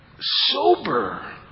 sober